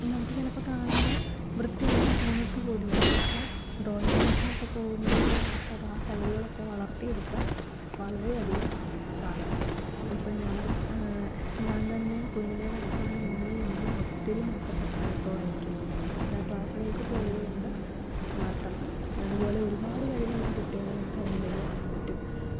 നമുക്ക് ചിലപ്പോൾ കാണുമ്പോൾ വൃത്തി ഉണ്ടെന്ന് തോന്നത്ത് പോലും ഇല്ല പക്ഷെ ഡ്രോയിങ് ക്ലാസ്സിലൊക്കെ പോകുന്നതിലൂടെ നമുക്ക് അത് ആ കഴിവുകളൊക്കെ വളർത്തി എടുക്കാൻ വളരെയധികം സാധിക്കും ഇപ്പോൾ ഞാൻ ഞാൻ തന്നെ കുഞ്ഞിലേ വരച്ചുകൊണ്ട് ഇരുന്നതിൽ നിന്നും ഒത്തിരി മെച്ചപ്പെട്ടാണ് ഇപ്പോൾ വരയ്ക്കുന്നത് അത് ആ ക്ലാസുകൾക്ക് പോയത് കൊണ്ട് മാത്രമാണ് അത്പോലെ ഒരുപാട് കഴിവുള്ള കുട്ടികളെ അതിന് ഇടയിൽ കാണാൻ പറ്റും